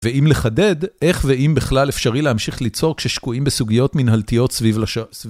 ואם לחדד, איך ואם בכלל אפשרי להמשיך ליצור כששקועים בסוגיות מנהלתיות סביב לשעון.